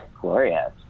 glorious